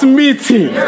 meeting